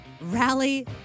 Rally